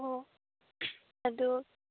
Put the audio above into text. ꯑꯣ ꯑꯗꯨ